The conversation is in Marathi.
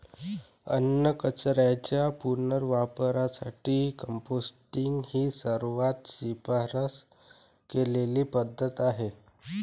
अन्नकचऱ्याच्या पुनर्वापरासाठी कंपोस्टिंग ही सर्वात शिफारस केलेली पद्धत आहे